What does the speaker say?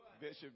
Bishop